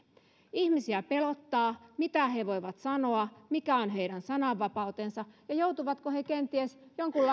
ihmisiä pelottaa mitä he he voivat sanoa mikä on heidän sananvapautensa ja että joutuvatko he kenties